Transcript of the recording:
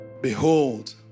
behold